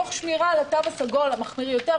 תוך שמירה על התו הסגול המחמיר יותר,